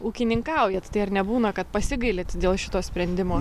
ūkininkaujat tai ar nebūna kad pasigailit dėl šito sprendimo